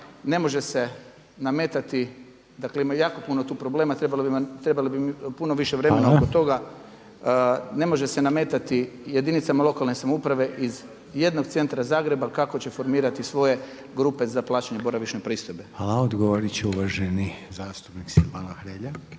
ne može se nametati jedinica lokalne samouprave iz jednog centra Zagreba kako će formirati svoje grupe za plaćanje boravišne pristojbe. **Reiner, Željko (HDZ)** Hvala lijepa. Odgovorit će uvaženi zastupnik Silvano Hrelja.